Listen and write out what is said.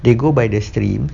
they go by the stream